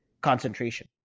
concentration